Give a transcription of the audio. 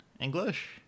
english